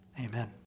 amen